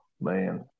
man